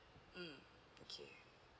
mm okay